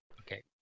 okay